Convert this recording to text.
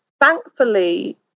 thankfully